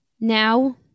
Now